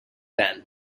then